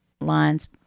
lines